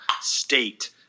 state